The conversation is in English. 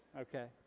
okay,